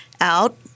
out